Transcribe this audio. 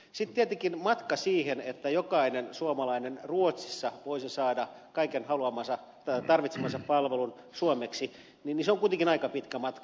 sitten tietenkin matka siihen että jokainen suomalainen ruotsissa voisi saada kaiken haluamansa tarvitsemansa palvelun suomeksi se on kuitenkin aika pitkä matka